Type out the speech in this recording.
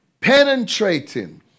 penetrating